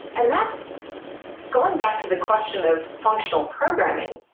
and that's going back to the question of functional programming.